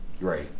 Right